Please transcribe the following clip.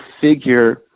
figure